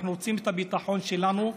אנחנו רוצים את הביטחון שלנו,